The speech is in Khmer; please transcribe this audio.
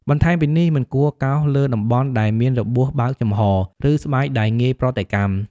បន្ថែមពីនេះ មិនគួរកោសលើតំបន់ដែលមានរបួសបើកចំហរ ឬស្បែកដែលងាយប្រតិកម្ម។